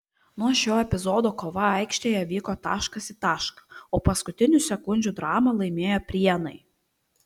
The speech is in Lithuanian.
nuo šio epizodo kova aikštėje vyko taškas į tašką o paskutinių sekundžių dramą laimėjo prienai